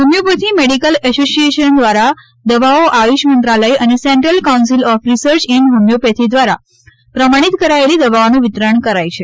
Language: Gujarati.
હોમિયોપેથી મેડીકલ એશોસિએશન દ્વારા દવાઓ આયુષ મંત્રાલય અને central council of research in homoeopathy દ્વારા પ્રમાણિત કરાયેલી દવાઓનું વિતરણ કરાય છે